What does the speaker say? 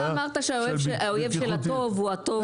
אתה אמרת שהאויב של הטוב הוא הטוב ביותר,